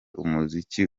umuziki